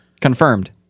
confirmed